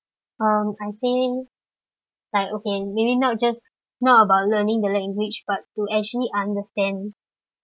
um I think like okay maybe not just not about learning the language but to actually understand